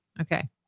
Okay